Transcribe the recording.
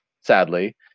sadly